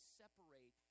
separate